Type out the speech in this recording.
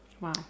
Wow